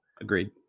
agreed